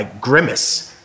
grimace